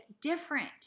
different